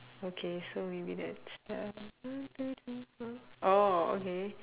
okay so maybe that's uh one two three four orh okay